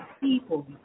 people